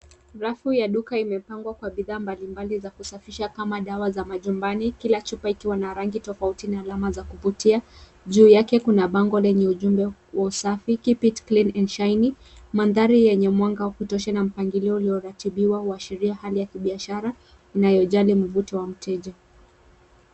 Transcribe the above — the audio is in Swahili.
Rafu ya duka imepangwa kwa bidhaa mbalimbali za kusafisha kama dawa za majumbani kila chupa ikiwa na rangi tofauti na alama za kuvutia. Juu yake kuna bango la ujumbe wa usafi Keep it Clean and Shiny . Mandhari yenye mwanga wa kutosha na mpangilio ulioratibiwa huashiria hali ya kibiashara inayojali mvuto wa mteja.